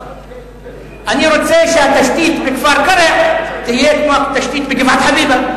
אני רוצה שהתשתית בכפר-קרע תהיה כמו התשתית בגבעת-חביבה.